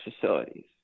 facilities